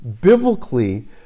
biblically